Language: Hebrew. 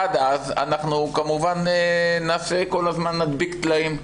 עד אז אנחנו כמובן כל הזמן נדביק טלאים,